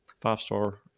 five-star